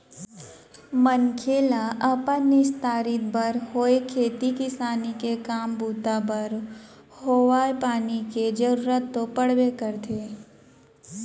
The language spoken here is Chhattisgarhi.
मनखे ल अपन निस्तारी बर होय खेती किसानी के काम बूता बर होवय पानी के जरुरत तो पड़बे करथे